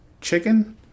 chicken